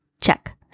Check